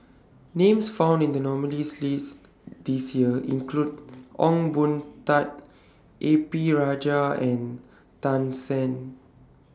Names found in The nominees' list This Year include Ong Boon Tat A P Rajah and Tan Shen